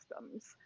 systems